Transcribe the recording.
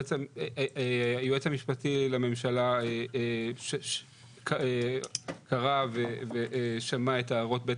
היועץ המשפטי לממשלה קרא ושמע את הערות בית